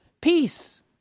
peace